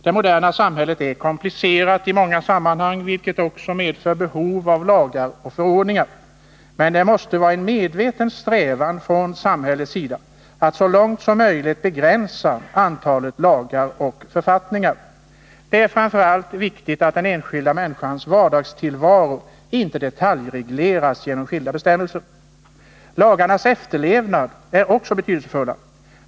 Det moderna samhället är komplicerat i många sammanhang, vilket också medför behov av lagar och förordningar. Men det måste vara en medveten strävan från samhällets sida att så långt som möjligt begränsa antalet lagar och författningar. Det är framför allt viktigt att den enskilda människans vardagstillvaro inte detaljregleras genom skilda bestämmelser. Lagarnas efterlevnad är också betydelsefull.